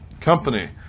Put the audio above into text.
company